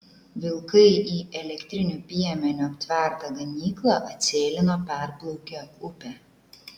vilkai į elektriniu piemeniu aptvertą ganyklą atsėlino perplaukę upę